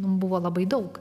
buvo labai daug